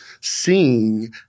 seeing